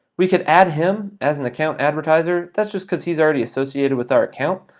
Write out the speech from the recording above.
we can add him as an account advertiser. that's just cause he's already associated with our account,